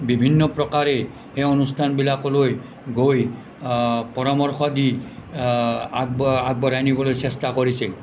বিভিন্ন প্ৰকাৰে এই অনুষ্ঠান বিলাকলৈ গৈ পৰামৰ্শ দি আগবঢ়াই আগবঢ়াই নিবলৈ চেষ্টা কৰিছিল